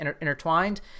intertwined